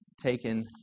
taken